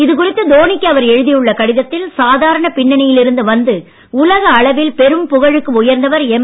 இது குறித்து தோனிக்கு அவர் எழுதியுள்ள கடிதத்தில் சாதாரண பின்னணியில் இருந்து வந்து உலக அளவில் பெரும் புகழுக்கு உயர்ந்தவர் எம்